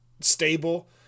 stable